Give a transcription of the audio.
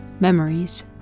Memories